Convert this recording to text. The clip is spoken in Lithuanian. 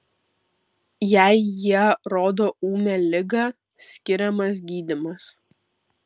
jei jie rodo ūmią ligą skiriamas gydymas